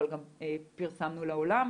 אבל גם פרסמנו לעולם,